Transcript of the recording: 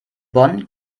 bonn